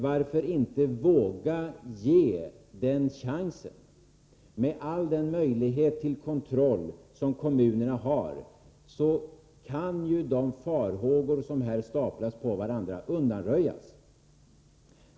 Varför inte våga ge den chansen. Med all den möjlighet till kontroll som kommunerna har kan ju de farhågor som här staplas på varandra undanröjas.